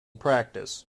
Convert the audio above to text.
practice